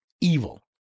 evil